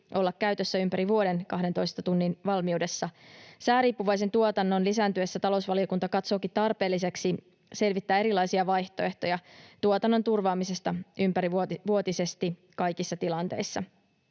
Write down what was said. olla käytössä ympäri vuoden 12 tunnin valmiudessa. Sääriippuvaisen tuotannon lisääntyessä talousvaliokunta katsookin tarpeelliseksi selvittää erilaisia vaihtoehtoja tuotannon turvaamisesta ympärivuotisesti kaikissa tilanteissa.